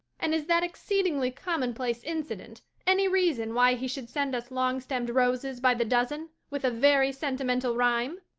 and is that exceedingly commonplace incident any reason why he should send us longstemmed roses by the dozen, with a very sentimental rhyme?